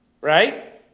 right